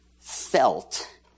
felt